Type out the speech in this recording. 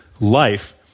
life